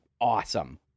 awesome